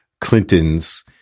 Clinton's